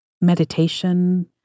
meditation